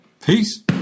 Peace